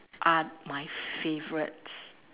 are my favourites